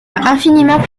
infiniment